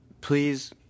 Please